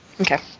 Okay